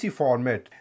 format